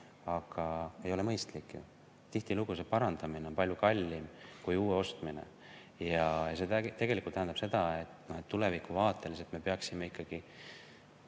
see ei ole mõistlik, sest tihtilugu on parandamine palju kallim kui uue ostmine. See tegelikult tähendab seda, et tuleviku vaates me peaksime ikkagi